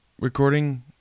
recording